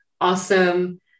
Awesome